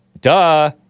duh